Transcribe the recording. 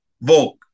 Volk